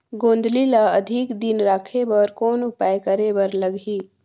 गोंदली ल अधिक दिन राखे बर कौन उपाय करे बर लगही?